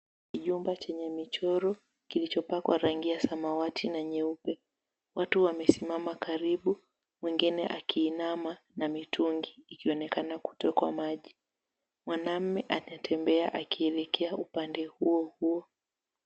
Kijumba chenye michoro kilichopakwa rangi ya samawati na nyeupe. Watu wamesimama karibu, mwingine akiinama na mitungi ikionekana kutekwa maji. Mwanaume anatembea akielekea upande huo huo.